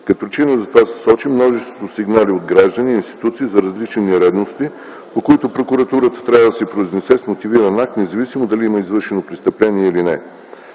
Като причина за това се сочи множеството сигнали от граждани и институции за различни нередности, по които прокуратурата трябва да се произнесе с мотивиран акт, независимо дали има извършено престъпление или не.